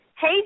Hey